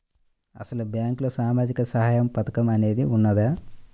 అసలు బ్యాంక్లో సామాజిక సహాయం పథకం అనేది వున్నదా?